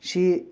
ꯁꯤ